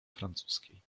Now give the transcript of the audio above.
francuskiej